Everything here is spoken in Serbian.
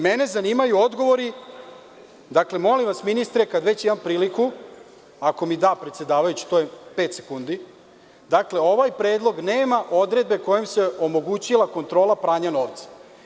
Mene zanimaju odgovori, dakle, molim vas ministre, kad već imam priliku, ako mi da predsedavajući to je pet sekundi, dakle, ovaj predlog nema odredbe kojom bi se omogućila kontrola pranja novca.